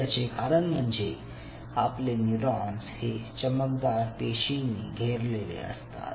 याचे कारण म्हणजे आपले न्यूरॉन्स हे चमकदार पेशींनी घेरलेले असतात